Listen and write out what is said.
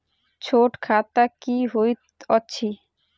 छोट खाता की होइत अछि